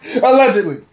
Allegedly